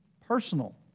Personal